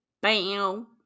Bam